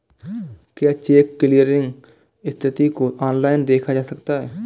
क्या check clearing स्थिति को ऑनलाइन देखा जा सकता है?